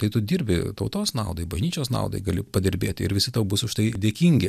tai tu dirbi tautos naudai bažnyčios naudai gali padirbėti ir visi tau bus už tai dėkingi